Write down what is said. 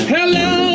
Hello